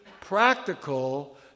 practical